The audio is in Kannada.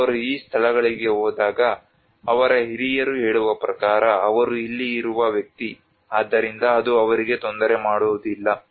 ಆದ್ದರಿಂದ ಅವರು ಈ ಸ್ಥಳಗಳಿಗೆ ಹೋದಾಗ ಅವರ ಹಿರಿಯರು ಹೇಳುವ ಪ್ರಕಾರ ಅವರು ಇಲ್ಲಿ ಇರುವ ವ್ಯಕ್ತಿ ಆದ್ದರಿಂದ ಅದು ಅವರಿಗೆ ತೊಂದರೆ ಮಾಡುವುದಿಲ್ಲ